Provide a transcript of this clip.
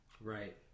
Right